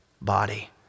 body